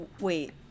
wait